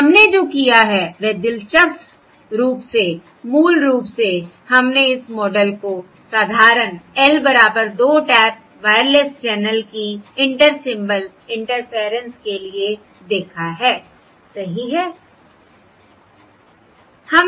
तो हमने जो किया है वह दिलचस्प रूप से मूल रूप से है हमने इस मॉडल को साधारण L बराबर 2 टैप वायरलेस चैनल की इंटर सिम्बल इंटरफेयरेंस के लिए देखा है सही है